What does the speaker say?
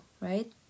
right